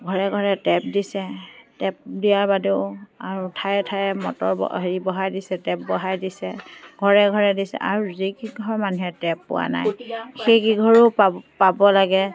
ঘৰে ঘৰে টেপ দিছে টেপ দিয়াৰ বাদেও আৰু ঠায়ে ঠায়ে মটৰ ব হেৰি বহাই দিছে টেপ বহাই দিছে ঘৰে ঘৰে দিছে আৰু যিকিঘৰ মানুহে টেপ পোৱা নাই সেইকেইঘৰো পাব লাগে